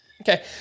Okay